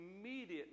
immediately